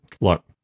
look